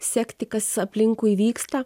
sekti kas aplinkui vyksta